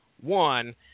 one